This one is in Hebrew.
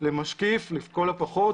למשקיף לכל הפחות,